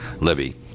Libby